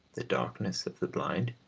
the darkness of the blind,